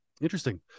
Interesting